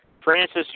Francis